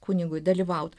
kunigui dalyvaut